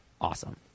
awesome